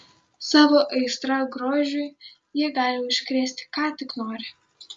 savo aistra grožiui jie gali užkrėsti ką tik nori